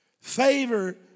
Favor